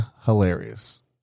hilarious